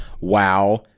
wow